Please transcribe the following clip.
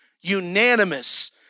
unanimous